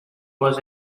was